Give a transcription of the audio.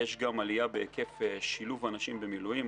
יש גם עלייה בהיקף שילוב הנשים במילואים.